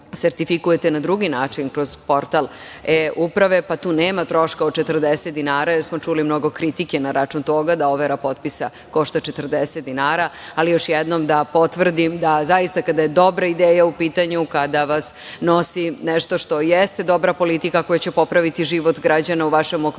na drugi način kroz portal e-uprave, pa tu nema troška od 40 dinara, jer smo čuli mnogo kritike na račun toga da overa potpisa košta 40 dinara. Evo, još jednom da potvrdim da zaista kada je dobra ideja u pitanju, kada vas nosi nešto što jeste dobra politika koja će popraviti život građana u vašem okruženju,